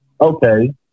Okay